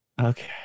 Okay